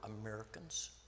Americans